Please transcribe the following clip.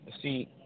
See